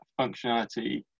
functionality